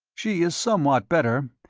she is somewhat better.